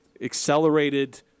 accelerated